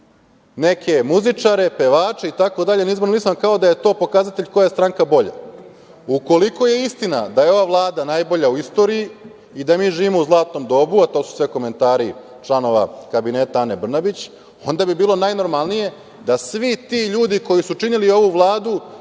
neke muzičare, pevače, itd, kao da je to pokazatelj koja je stranka bolja. Ukoliko je istina da je ova Vlada najbolja u istoriji i da mi živimo u zlatnom dobu, a to su sve komentari članova kabineta Ane Brnabić, onda bi bilo najnormalnije da svi ti ljudi koji su činili ovu Vladu